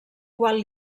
qual